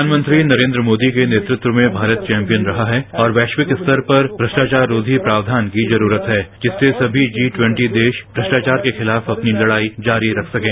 प्रधानमंत्री नरेन्द्र मोदी के नेतृत्व में भारत चौम्पियन रहा है और वैशविक स्तर पर भ्रष्टाचार रोधी प्रावधान की जरूरत है जिससे सभी जी ट्वेंटी देश थ्रष्टाचार के खिलाफ अपनी लड़ाई जारी रख सकें